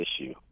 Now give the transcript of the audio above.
issue